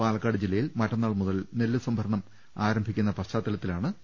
പാലക്കാട് ജില്ലയിൽ മറ്റന്നാൾ മുതൽ നെല്ല് സംഭരണം ആരംഭിക്കുന്ന പശ്ചാത്തലത്തിലാണ് യോഗം